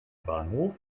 bahnhof